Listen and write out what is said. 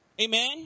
Amen